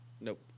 Nope